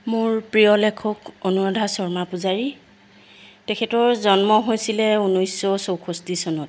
মোৰ প্ৰিয় লেখক অনুৰাধা শৰ্মা পূজাৰী তেখেতৰ জন্ম হৈছিলে ঊনৈছশ চৌষষ্টি চনত